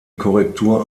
korrektur